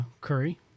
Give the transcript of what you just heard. curry